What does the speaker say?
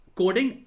coding